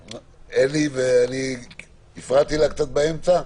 אלי, ואני הפרעתי לה קצת באמצע?